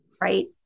Right